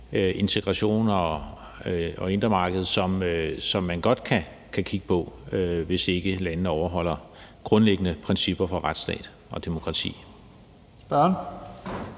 integration og indre marked, som man godt kan kigge på, hvis ikke landene overholder grundlæggende principper for retsstater og demokrati.